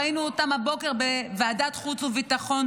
ראינו אותם הבוקר בוועדת חוץ וביטחון,